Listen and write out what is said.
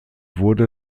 wurde